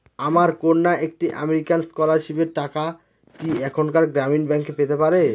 আমার কন্যা একটি আমেরিকান স্কলারশিপের টাকা কি এখানকার গ্রামীণ ব্যাংকে পেতে পারে?